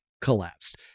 collapsed